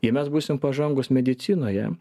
jei mes būsim pažangūs medicinoje